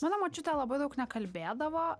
mano močiutė labai daug nekalbėdavo